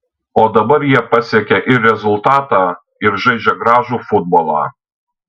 o dabar jie pasiekia ir rezultatą ir žaidžia gražų futbolą